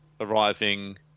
arriving